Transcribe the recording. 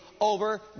over